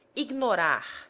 ignorar,